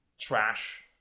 Trash